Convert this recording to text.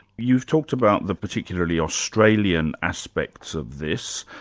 you've talked about the particularly australian aspects of this,